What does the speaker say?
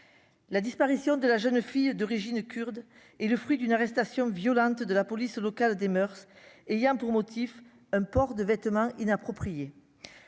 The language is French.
la disparition de la jeune fille d'origine kurde est le fruit d'une arrestation violente de la police locale des moeurs et ayant pour motif un port de vêtements inappropriés,